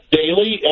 daily